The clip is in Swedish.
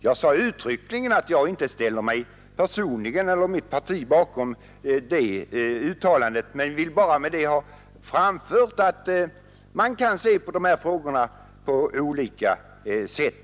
Jag sade uttryckligen att jag personligen inte ställer mig bakom det uttalandet, liksom inte heller mitt parti, men jag ville med detta exempel bara visa att man kan se på de här frågorna på olika sätt.